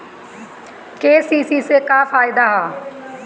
KCC से का फायदा ह?